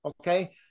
okay